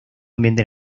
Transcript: ambiente